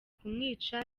kumwica